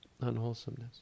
unwholesomeness